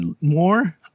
more